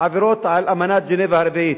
עבירות על אמנת ז'נבה הרביעית,